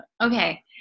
Okay